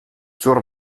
zur